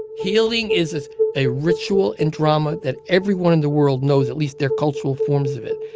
healing is a ritual and drama that everyone in the world knows at least their cultural forms of it.